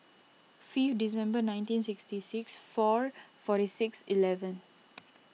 fifth Dec nineteen sixty six four forty six eleven